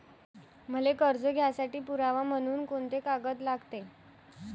मले कर्ज घ्यासाठी पुरावा म्हनून कुंते कागद लागते?